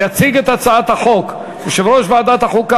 יציג את הצעת החוק יושב-ראש ועדת החוקה,